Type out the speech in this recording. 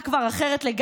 משמעותי.